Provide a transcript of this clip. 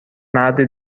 مردی